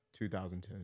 2010